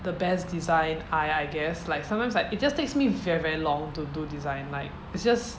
the best design I I guess like sometimes like it just takes me very very long to do design like it's just